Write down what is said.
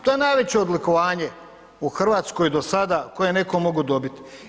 To je najveće odlikovanje u Hrvatskoj do sada koje je netko mogao dobiti.